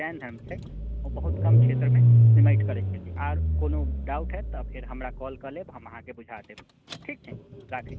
जैन धर्म जे छै ओ बहुत कम क्षेत्रमे सिमटिके रहि गेलै आओर कोनो हाएत तऽ फेर हमरा कौल कऽ लेब हम अहाँकेँ बुझा देब ठीक छै राखैत छी